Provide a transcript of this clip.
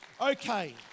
Okay